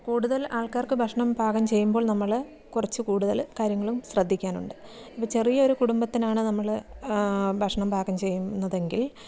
കൂടുതൽ ആൾക്കാർക്ക് ഭക്ഷണം പാകം ചെയ്യുമ്പോൾ നമ്മൾ കുറച്ച് കൂടുതൽ കാര്യങ്ങളും ശ്രദ്ധിക്കാനുണ്ട് ഇപ്പം ചെറിയൊരു കുടുംബത്തിനാണ് നമ്മൾ ഭക്ഷണം പാകം ചെയ്യുന്നതെങ്കിൽ